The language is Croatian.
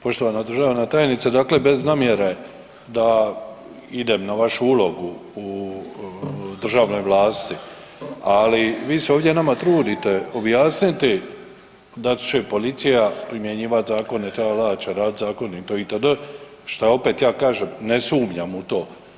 Poštovana državna tajnice, dakle bez namjere da idem na vašu ulogu u državnoj vlasti, ali vi se ovdje nama trudite objasniti da će policija primjenjivati zakone, tra la la, da će raditi zakone itd. šta opet ja kažem ne sumnjam u to.